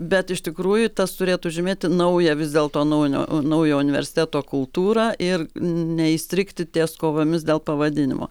bet iš tikrųjų tas turėtų žymėti naują vis dėlto naujinio naujo universiteto kultūrą ir neįstrigti ties kovomis dėl pavadinimo